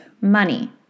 money